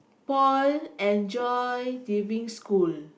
Paul and Joy diving school